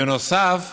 בנוסף,